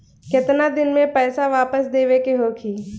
केतना दिन में पैसा वापस देवे के होखी?